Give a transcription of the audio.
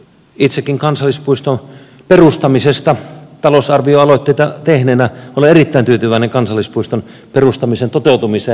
itsekin kansallispuiston perustamisesta talousarvioaloitteita tehneenä olen erittäin tyytyväinen kansallispuiston perustamisen toteutumiseen